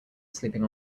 sleeping